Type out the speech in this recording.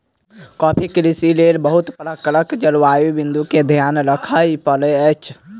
coffee कृषिक लेल बहुत प्रकारक जलवायु बिंदु के ध्यान राखअ पड़ैत अछि